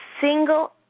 single